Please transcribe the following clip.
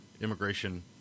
immigration